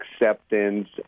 acceptance